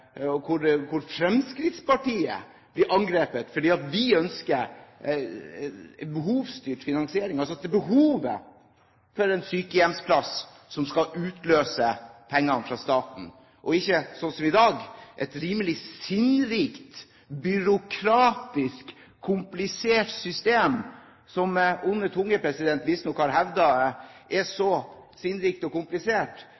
Fremskrittspartiet blir angrepet fordi vi ønsker behovsstyrt finansiering, altså at det er behovet for en sykehjemsplass som skal utløse penger fra staten, og ikke, sånn som i dag, et rimelig sinnrikt byråkratisk, komplisert system som onde tunger visstnok har hevdet er så sinnrikt og komplisert at foruten én person i Kommunaldepartementet, er